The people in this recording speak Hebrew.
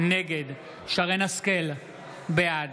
נגד שרן מרים השכל, בעד